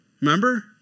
Remember